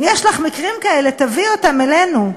אם יש לך מקרים כאלה, תביאי אותם אלינו.